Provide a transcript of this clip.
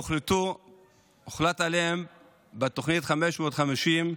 הם מענקים שהוחלט עליהם בתוכנית 550,